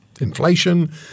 inflation